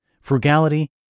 frugality